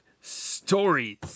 stories